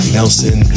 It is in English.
Nelson